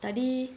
tadi